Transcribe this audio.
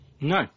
No